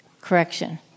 correction